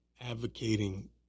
advocating